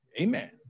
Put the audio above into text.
amen